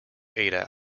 ada